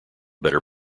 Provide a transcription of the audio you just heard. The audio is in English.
better